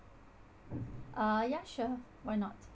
uh ya sure why not